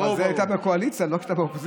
אבל זה, כשהיית בקואליציה, לא כשאתה באופוזיציה.